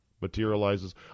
materializes